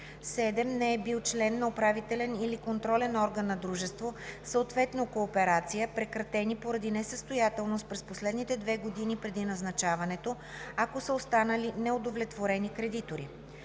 7. не е бил член на управителен или контролен орган на дружество, съответно кооперация, прекратени поради несъстоятелност през последните 2 години преди назначаването, ако са останали неудовлетворени кредитори;